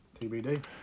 TBD